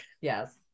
Yes